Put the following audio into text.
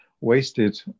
wasted